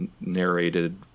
narrated